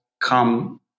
come